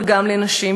אבל גם לנשים.